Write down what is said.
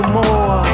more